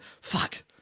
fuck